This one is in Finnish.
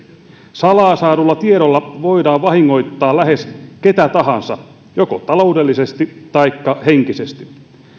salaa saadulla tiedolla voidaan vahingoittaa lähes ketä tahansa joko taloudellisesti taikka henkisesti